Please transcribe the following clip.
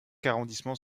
arrondissements